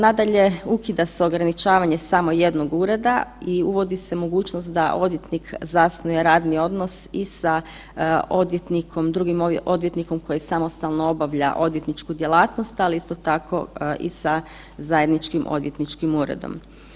Nadalje, ukida se ograničavanje samo jedno ureda i uvodi se mogućnost da odvjetnik zasnuje radni odnos i sa odvjetnikom, drugim odvjetnikom koji samostalno obavlja odvjetničku djelatnost, ali isto tako i sa zajedničkim odvjetničkim uredom.